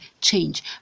change